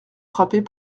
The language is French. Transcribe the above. frappés